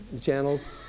channels